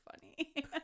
funny